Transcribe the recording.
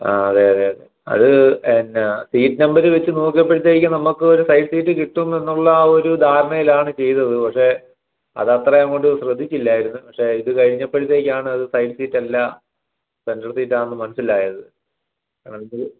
ആ അതെയതെയതെ അത് എന്നാ സീറ്റ് നമ്പർ വെച്ച് നോക്കിയപ്പോഴത്തേക്കും നമുക്ക് ഒരു സൈഡ് സീറ്റ് കിട്ടും എന്നുള്ള ആ ഒരു ധാരണയിലാണ് ചെയ്തത് പക്ഷേ അത് അത്ര അങ്ങോട്ട് ശ്രദ്ധിച്ചില്ലായിരുന്നു പക്ഷേ ഇത് കഴിഞ്ഞപ്പോഴത്തേക്കാണ് അത് സൈഡ് സീറ്റ് അല്ല സെൻട്രൽ സീറ്റ് ആണെന്ന് മനസ്സിലായത്